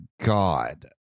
God